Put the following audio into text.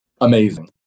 amazing